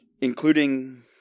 including